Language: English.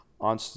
on